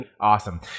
Awesome